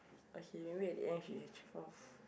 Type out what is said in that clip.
okay maybe at the end she